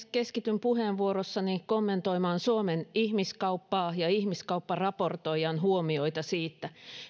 keskityn puheenvuorossani kommentoimaan suomen ihmiskauppaa ja ihmiskaupparaportoijan huomioita siitä